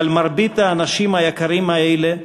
אבל מרבית האנשים היקרים האלה,